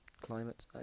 climate